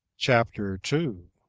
chapter two.